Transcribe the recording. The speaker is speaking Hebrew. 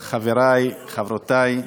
חברי, חברותי,